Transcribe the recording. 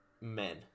men